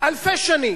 אלפי שנים